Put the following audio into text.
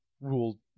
ruled